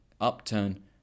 upturn